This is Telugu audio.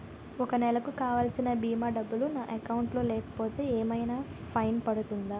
ఒక నెలకు కావాల్సిన భీమా డబ్బులు నా అకౌంట్ లో లేకపోతే ఏమైనా ఫైన్ పడుతుందా?